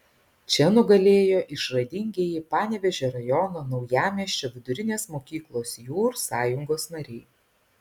čia nugalėjo išradingieji panevėžio rajono naujamiesčio vidurinės mokyklos jūr sąjungos nariai